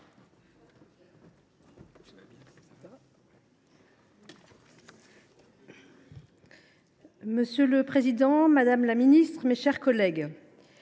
Monsieur le président, madame la ministre, mes chers collègues,